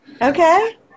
Okay